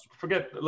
Forget